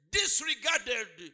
disregarded